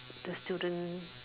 the student